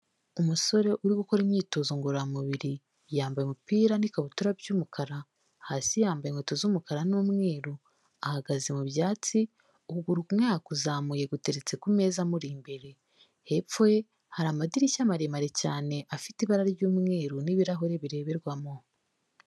Umusore uri gukora imyitozo ngororamubiri yambaye umupira n'ikabutura y'umukara hasi yambaye inkweto z'umukara n'umweru, ahagaze mu byatsi ukuguru umwe yakuzamuyeteretse ku meza amuri imbere, hepfo ye hari amadirishya maremare cyane afite ibara ry'umweru n'ibirahuri bireberwamo.